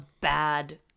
bad